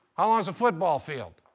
how long is a football field?